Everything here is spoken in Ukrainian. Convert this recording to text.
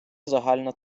загальна